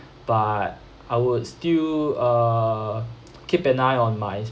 but I would still err keep an eye on my